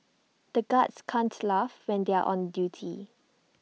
the guards can't laugh when they are on duty